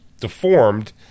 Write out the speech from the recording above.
deformed